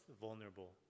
vulnerable